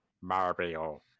Mario